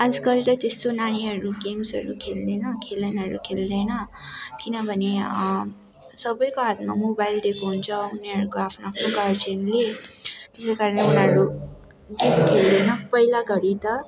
आजकल त त्यस्तो नानीहरू गेम्सहरू खेल्दैन खेलौनाहरू खेल्दैन किनभने सबैको हातमा मोबाइल दिएको हुन्छ उनीहरूको आफ्नो आफ्नो गार्जेनले त्यसै कारणले उनीहरू गेम खेल्दैन पहिला घडी त